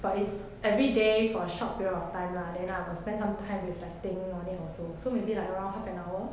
but it's every day for a short period of time lah then I will spend on time reflecting on it also so maybe like around half an hour